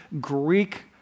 Greek